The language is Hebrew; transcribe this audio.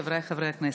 חבריי חברי הכנסת,